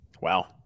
Wow